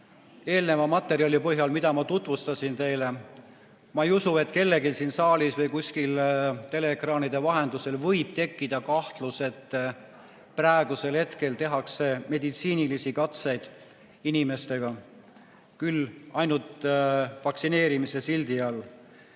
eelneva materjali põhjal, mida ma tutvustasin teile, ma ei usu, et kellelgi siin saalis või kuskil teleekraanide vahendusel võib tekkida kahtlus, et praegu tehakse meditsiinilisi katseid inimestega – küll ainult vaktsineerimise sildi all.